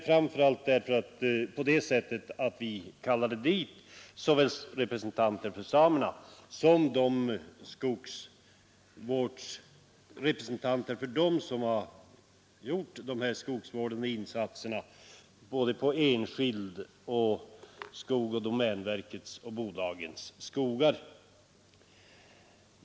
Framför allt tillkallades representanter för samerna och representanter för dem som utfört skogsvårdsinsatserna på enskilda, domänverkets och bolagens skogar.